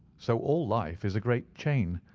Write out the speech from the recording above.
so all life is a great chain,